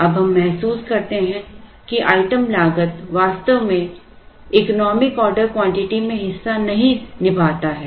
अब हम महसूस करते हैं कि आइटम लागत वास्तव में इकोनॉमिक ऑर्डर क्वांटिटी में हिस्सा नहीं निभाता है